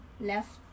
Left